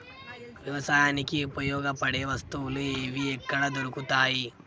వ్యవసాయానికి ఉపయోగపడే వస్తువులు ఏవి ఎక్కడ దొరుకుతాయి?